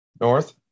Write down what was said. North